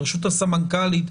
לרשות הסמנכ"לית.